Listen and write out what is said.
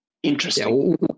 interesting